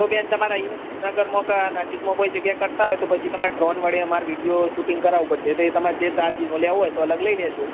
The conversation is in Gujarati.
તો બેન તમારે અહીં વિસનગરમાં કે નજીકમાં કોઈ જગ્યા એ કરતા હોય તો પછી તમારે ડ્રોન વડે અમારે વિડીયો શૂટીંગ કરાવવું પડશે તે તમારે જે ચાર્જ એનો લેવો હોય તો અલગ લઇ લેજો